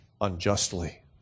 unjustly